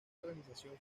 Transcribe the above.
organización